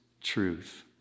truth